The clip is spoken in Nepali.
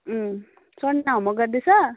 स्वर्ण होमवर्क गर्दैछ